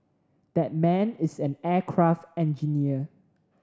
that man is an aircraft engineer